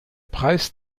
preis